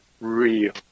real